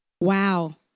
Wow